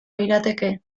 lirateke